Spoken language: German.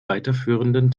weiterführenden